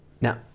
Now